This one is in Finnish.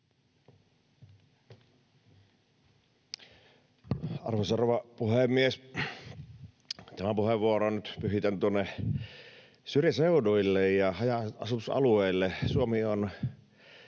Arvoisa rouva puhemies! Tämän puheenvuoron nyt pyhitän syrjäseuduille ja haja-asutusalueille. Suomi on